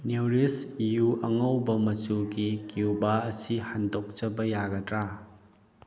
nourish ꯌꯨ ꯑꯒꯧꯕ ꯃꯆꯨꯒꯤ ꯀꯤꯎꯕꯥ ꯑꯁꯤ ꯍꯟꯗꯣꯛꯆꯕ ꯌꯥꯒꯗ꯭ꯔꯥ